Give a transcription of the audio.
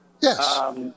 Yes